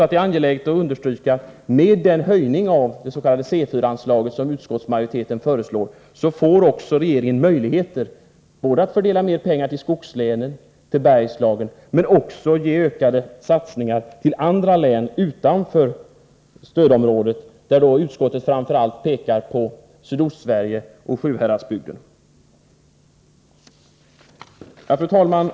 Det är angeläget att understryka, att med den höjning av det s.k. C 4-anslaget som utskottsmajoriteten föreslår får regeringen möjligheter både att fördela mer pengar till skogslänen och till Bergslagen men också att öka satsningarna på andra län utanför stödområdet, där utskottet framför allt pekar på Sydostsverige och Sjuhäradsbygden. Fru talman!